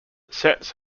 sets